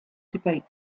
debate